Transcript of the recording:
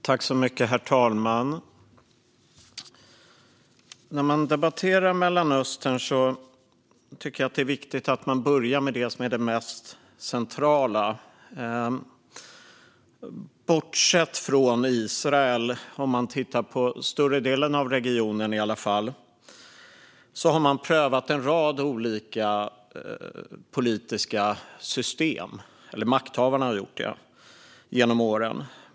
Herr talman! När man debatterar Mellanöstern tycker jag att det är viktigt att man börjar med det som är det mest centrala. Bortsett från Israel, i alla fall om man tittar på större delen av regionen, har makthavarna prövat en rad olika politiska system genom åren.